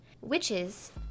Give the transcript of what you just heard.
witches